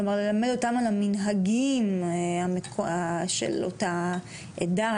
כלומר ללמד אותם על המנהגים של אותה עדה,